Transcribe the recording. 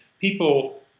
people